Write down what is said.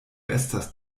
estas